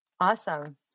Awesome